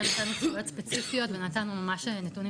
כן נתנו --- ספציפיות ונתנו ממש נתונים